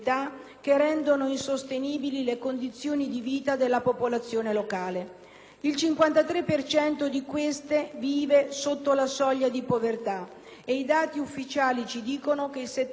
cento di questa vive sotto la soglia di povertà e i dati ufficiali ci dicono che il 70 per cento non ha un lavoro legale e il 60 per cento non dispone di energia elettrica.